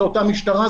זה אותה משטרה,